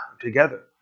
together